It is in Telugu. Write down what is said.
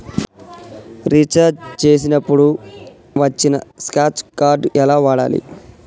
రీఛార్జ్ చేసినప్పుడు వచ్చిన స్క్రాచ్ కార్డ్ ఎలా వాడాలి?